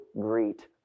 greet